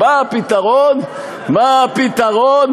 מה הפתרון?